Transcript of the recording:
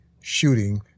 shooting